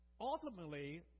ultimately